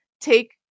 take